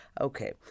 Okay